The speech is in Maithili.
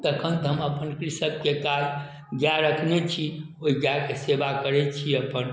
तखन तऽ हम अपन कृषकके काज गाइ रखने छी ओहि गाइके सेवा करै छी अपन